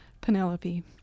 Penelope